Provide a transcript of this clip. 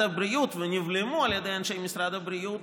הבריאות ונבלמו על ידי אנשי משרד הבריאות,